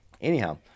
Anyhow